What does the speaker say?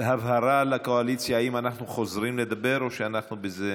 הבהרה לקואליציה: האם אנחנו חוזרים לדבר או שאנחנו בזה,